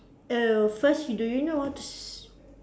err so first do you know how to s~